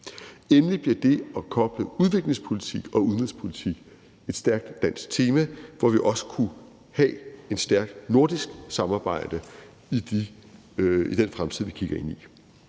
Endelig bliver det at koble udviklingspolitik og udenrigspolitik et stærkt dansk tema, hvor vi også kunne have et stærkt nordisk samarbejde i den fremtid, vi kigger ind i.